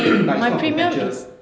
but it's not from perpetual